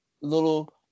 little